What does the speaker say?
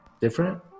different